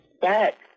back